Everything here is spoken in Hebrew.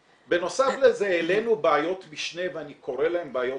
בנוסף לזה העלינו בעיות משנה ואני קורא להן בעיות